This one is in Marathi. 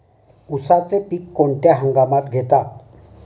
उसाचे पीक कोणत्या हंगामात घेतात?